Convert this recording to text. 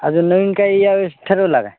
अजून नवीन काही यावेळेस ठरवला काय